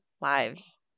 lives